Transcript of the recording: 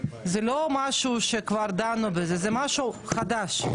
זה לא משהו שכבר דנו בזה, זה משהו חדש.